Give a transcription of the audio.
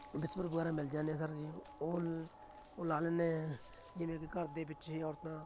whisper ਵਗੈਰਾ ਮਿਲ ਜਾਂਦੇ ਆ ਸਰ ਜੀ ਉਹ ਉਹ ਲਾ ਲੈਂਦੇ ਹੈ ਜਿਵੇਂ ਕਿ ਘਰ ਦੇ ਵਿੱਚ ਹੀ ਔਰਤਾਂ